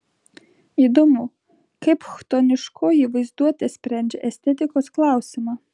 įdomu kaip chtoniškoji vaizduotė sprendžia estetikos klausimą